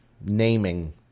naming